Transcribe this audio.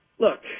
Look